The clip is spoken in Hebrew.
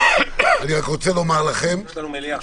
כי רק מהליגות העליונות משתתפים בספורט הלאומי.